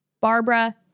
Barbara